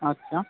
আচ্ছা